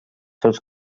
seus